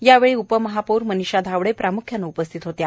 यावेळी उपमहापौर मनीषा धावडे प्रामुख्याने उपस्थित होत्या